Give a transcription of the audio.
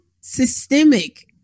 systemic